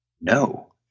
No